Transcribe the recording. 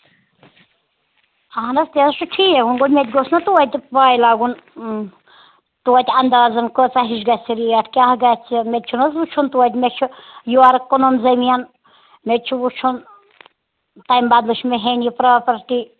اَہن حظ تہِ حظ چھُ ٹھیٖک وۄنۍ گوٚو مےٚ تہِ گوٚژھ نَہ تویتہِ پَے لَگُن تویتہِ اَندازَن کۭژاہ ہِش گژھِ ریٹ کیٛاہ گژھِ مےٚ تہِ چھُ نہٕ حظ وٕچھُن تویتہِ مےٚ چھُ یورٕ کٕنُن زٔمیٖن مےٚ تہِ چھُ وٕچھُن تَمہِ بَدلہٕ چھِ مےٚ ہیٚنۍ یہِ پرٛاپَرٹی